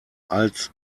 als